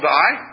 die